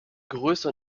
größer